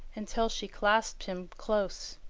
until she clasped him close.